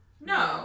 No